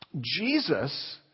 Jesus